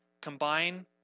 combine